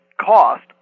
cost